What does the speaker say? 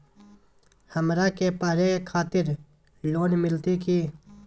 हमरा के पढ़े के खातिर लोन मिलते की?